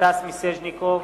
סטס מיסז'ניקוב,